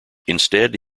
instead